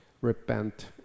repent